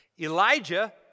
Elijah